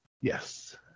Yes